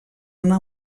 una